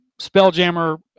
Spelljammer